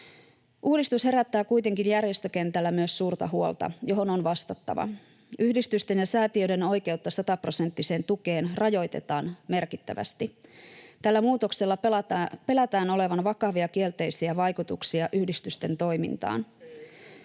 Uudistus herättää kuitenkin järjestökentällä myös suurta huolta, johon on vastattava. Yhdistysten ja säätiöiden oikeutta sataprosenttiseen tukeen rajoitetaan merkittävästi. Tällä muutoksella pelätään olevan vakavia kielteisiä vaikutuksia yhdistysten toimintaan.